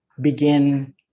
begin